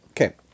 Okay